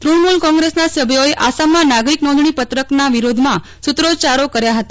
તૃણમૂલ કોંગ્રેસના સભ્યોએ આસામમાં નાગરિક નોંધણીપત્રકના વિરોધમાં સૂત્રોચ્ચારો કર્યા હતા